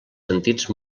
sentits